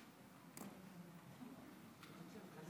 פלא